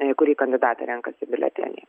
kurį kandidatą renkasi biuletenyje